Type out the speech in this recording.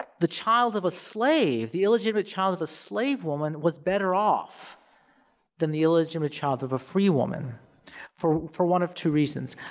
the child of a slave, the illegitimate child of a slave woman, was better off than the illegitimate child of a free woman for for one of two reasons,